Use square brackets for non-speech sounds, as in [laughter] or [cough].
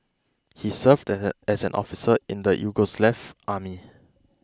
he served [unintelligible] as an officer in the Yugoslav army